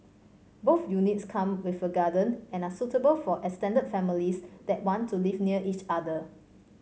both units come with a garden and are suitable for extended families that want to live near each other